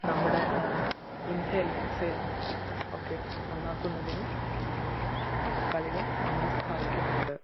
നമ്മുടെ inhale exhale ഒക്കെ നന്നാക്കുന്നതിനും കളികൾ നമ്മളെ സഹായിക്കുന്നുണ്ട്